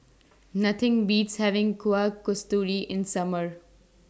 Nothing Beats having Kuih Kasturi in Summer